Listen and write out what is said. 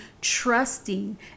trusting